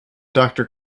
doctor